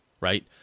right